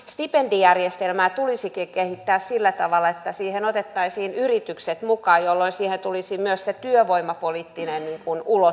stipendijärjestelmää tulisikin kehittää sillä tavalla että siihen otettaisiin yritykset mukaan jolloin siihen tulisi myös se työvoimapoliittinen ulottuvuus